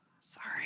sorry